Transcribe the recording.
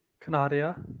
Canadia